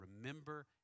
remember